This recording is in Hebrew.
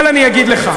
אבל אני אגיד לך,